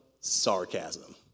sarcasm